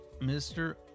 Mr